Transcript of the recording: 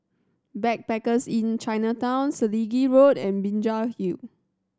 Backpackers Inn Chinatown Selegie Road and Binjai Hill